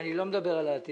אני לא מדבר על העתיד.